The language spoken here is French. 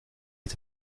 est